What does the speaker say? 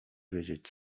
wiedzieć